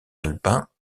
alpins